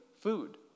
food